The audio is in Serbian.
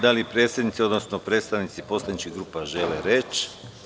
Da li predsednici, odnosno predstavnici poslaničkih grupa žele reč?